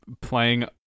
playing